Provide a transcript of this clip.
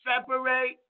separate